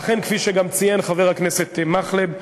ואכן, כפי שגם ציין חבר הכנסת מקלב,